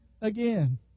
again